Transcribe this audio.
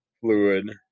fluid